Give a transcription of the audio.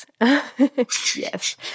Yes